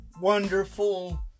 wonderful